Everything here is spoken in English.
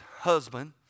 husband